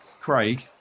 Craig